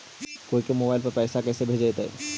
कोई के मोबाईल पर पैसा कैसे भेजइतै?